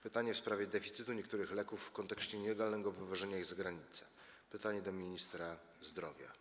Pytanie w sprawie deficytu niektórych leków w kontekście nielegalnego wywożenia ich za granicę jest kierowane do ministra zdrowia.